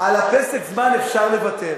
אפשר לוותר.